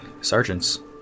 sergeants